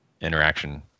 interaction